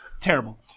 Terrible